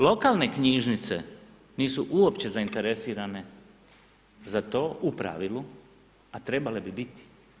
Lokalne knjižnice nisu uopće zainteresirane za to u pravilu a trebale bi biti.